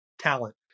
talent